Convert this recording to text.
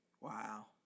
Wow